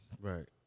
Right